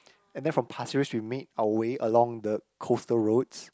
and then from pasir-ris we made our way along the coastal roads